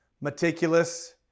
meticulous